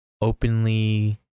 openly